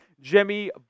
Jimmy